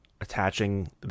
attaching